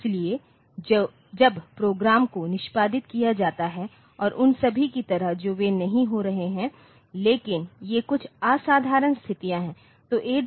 इसलिए जब प्रोग्राम को निष्पादित किया जाता है और उन सभी की तरह जो वे नहीं हो रहे हैं लेकिन ये कुछ असाधारण स्थितियां हैं